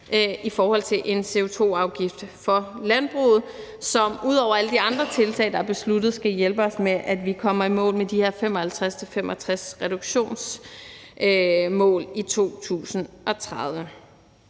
i forhold til en CO2-afgift for landbruget, som ud over alle de andre tiltag, der er besluttet, skal hjælpe os med, at vi kommer i mål med de her 55-65-procentsreduktionsmål i 2030.